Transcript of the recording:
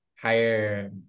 higher